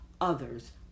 others